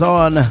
on